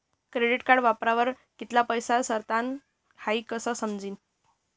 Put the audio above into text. credit card वापरावर कित्ला पैसा सरनात हाई कशं समजी